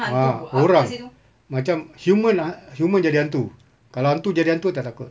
ah orang macam human han~ human jadi hantu kalau hantu jadi hantu tak takut